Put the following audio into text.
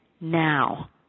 now